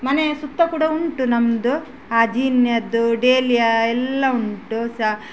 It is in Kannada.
ಮನೆಯ ಸುತ್ತ ಕೂಡ ಉಂಟು ನಮ್ಮದು ಆ ಜೀನಿಯದ್ದು ಡೇಲ್ಯಾ ಎಲ್ಲ ಉಂಟು ಸಹ